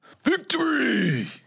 Victory